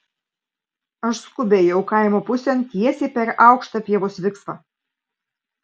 aš skubiai ėjau kaimo pusėn tiesiai per aukštą pievos viksvą